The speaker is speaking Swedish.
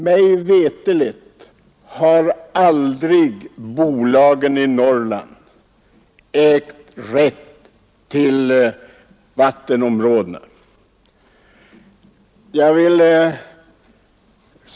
Mig veterligen har bolagen i Norrland aldrig ägt rätt till vattenområdena.